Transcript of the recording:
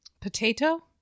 Potato